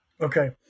Okay